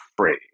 afraid